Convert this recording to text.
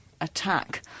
attack